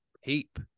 heap